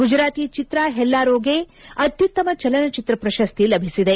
ಗುಜರಾತಿ ಚಿತ್ರ ಹೆಲ್ಲಾರೊಗೆ ಅತ್ಯುತ್ತಮ ಚಲನಚಿತ್ರ ಪ್ರಶಸ್ತಿ ಲಭಿಸಿದೆ